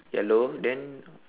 yellow then